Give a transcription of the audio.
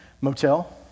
Motel